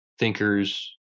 thinkers